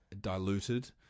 diluted